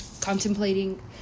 contemplating